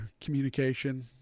communication